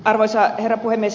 arvoisa herra puhemies